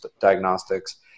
diagnostics